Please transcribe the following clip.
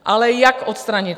Ale jak odstranit?